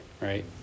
right